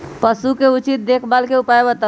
पशु के उचित देखभाल के उपाय बताऊ?